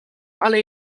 ale